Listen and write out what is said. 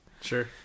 Sure